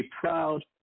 proud